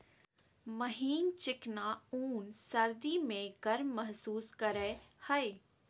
महीन चिकना ऊन सर्दी में गर्म महसूस करेय हइ